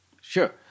sure